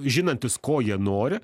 žinantys ko jie nori